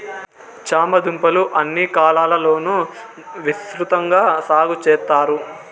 చామ దుంపలు అన్ని కాలాల లోనూ విసృతంగా సాగు చెత్తారు